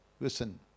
Listen